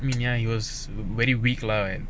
mm ya he was very weak lah